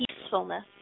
peacefulness